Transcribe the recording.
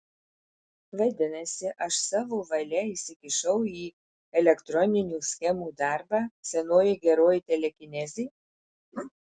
vadinasi aš savo valia įsikišau į elektroninių schemų darbą senoji geroji telekinezė